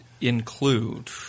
include